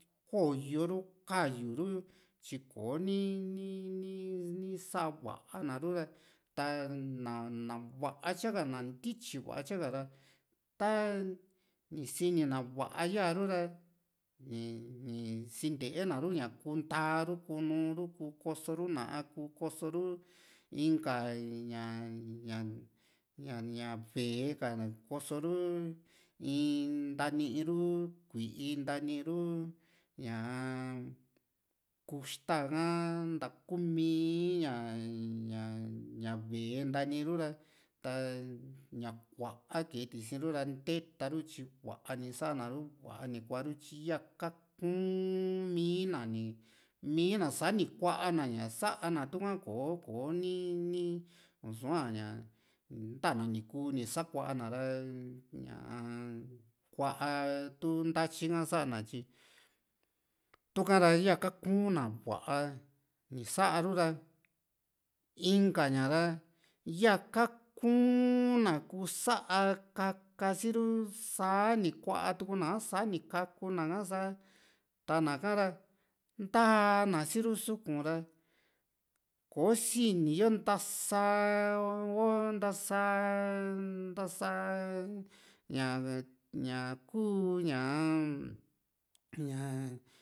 ko´yo ru ka´ayu ru tyi kò´o ni ni ni sava na ru´ra ta na va´a tyaka na ntityi vatya ka´ra ta ni sini na va´a yaaru ra ni ni sintee na ru ña kuu ntaa ru kuu nuu´ru kuu koso ru na´a kuu koso ru inka ña ña ña vee ka ña koso ru in ntani ru kui´i ntani ru ñaa kuxta kaa ntaku mii ña ña ña vee ntaniru ta ña kuaa kee tisi´n ru ra nteetaru tyi va´a ni sa´na ru va´a ni kuaru tyi yaa kaaku´n mii na mii na sani kuaa na ña sa´na tuu´ka kò´o ko ni ni ni sua´ña ntana ni kuu ni sakuana ra ñaa kuaa tu ntatyi ka sa´na tyi tuka ra yaa ka´kuna va´a ni saru ra inka ña ra yaa kaaku na kuu sa´a kakasi ru saa ni kuaatu´na sa´a ni kakuna sa tana ka´ra ntaa na sii´ru suku´n ra koosini yoo ntsaa ho ntasaa ntasa ña ña kuu ñaa-m ña